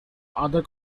other